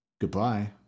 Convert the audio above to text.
goodbye